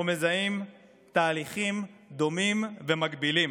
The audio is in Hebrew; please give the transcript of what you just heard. אנחנו מזהים תהליכים דומים ומקבילים,